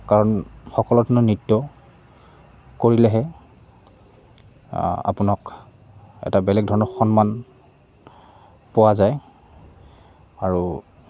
কাৰণ সকলো ধৰণৰ নৃত্য কৰিলেহে আপোনক এটা বেলেগ ধৰণৰ সন্মান পোৱা যায় আৰু